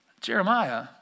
Jeremiah